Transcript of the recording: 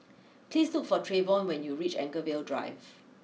please look for Trayvon when you reach Anchorvale Drive